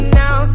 now